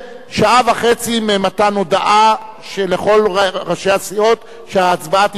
שעה וחצי ממתן הודעה של כל ראשי הסיעות שההצבעה תתקיים,